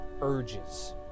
urges